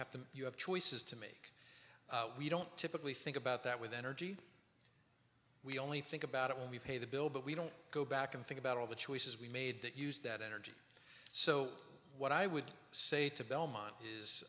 have to you have choices to make we don't typically think about that with energy we only think about it when we pay the bill but we don't go back and think about all the choices we made that use that energy so what i would say to belmont is